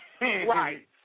Right